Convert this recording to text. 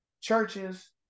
churches